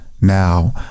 now